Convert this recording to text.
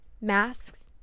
masks